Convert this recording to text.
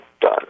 done